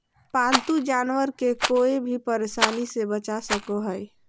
पालतू जानवर के कोय भी परेशानी से बचा सको हइ